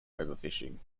overfishing